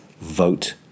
vote